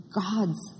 God's